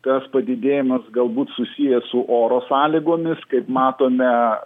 tas padidėjimas galbūt susijęs su oro sąlygomis kaip matome